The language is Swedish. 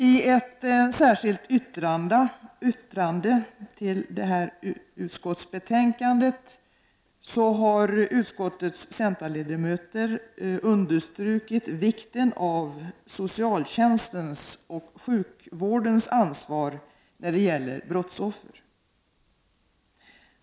I ett särskilt yttrande i detta utskottsbetänkande understryker utskottets centerledamöter vikten av socialtjänstens och sjukvårdens ansvar när det gäller brottsoffer.